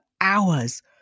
hours